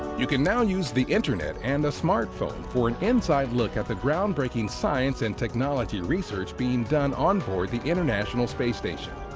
you can now use the internet and a smart-phone for an inside look at the groundbreaking science and technology research being done onboard the international space station!